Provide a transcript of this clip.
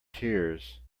tears